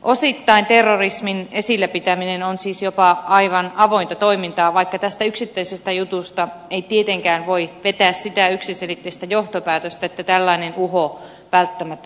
osittain terrorismin esillä pitäminen on siis jopa aivan avointa toimintaa vaikka tästä yksittäisestä jutusta ei tietenkään voi vetää sitä yksiselitteistä johtopäätöstä että tällainen uho välttämättä johonkin johtaa